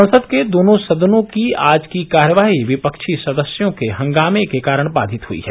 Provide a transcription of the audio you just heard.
संसद के दोनों सदनों की आज की कार्यवाही विपक्षी सदस्यों के हंगामे के कारण बाधित हई है